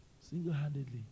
single-handedly